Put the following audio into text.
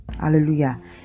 hallelujah